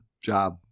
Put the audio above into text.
job